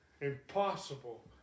impossible